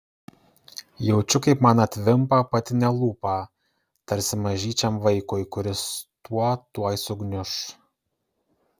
jaučiu kaip man atvimpa apatinė lūpa tarsi mažyčiam vaikui kuris tuo tuoj sugniuš